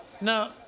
Now